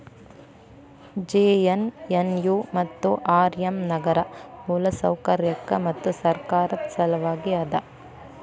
JNNU ಮತ್ತು RM ನಗರ ಮೂಲಸೌಕರ್ಯಕ್ಕ ಮತ್ತು ಸರ್ಕಾರದ್ ಸಲವಾಗಿ ಅದ